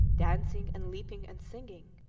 dancing and leaping and singing.